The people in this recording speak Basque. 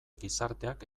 gizarteak